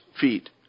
feet